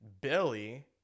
Billy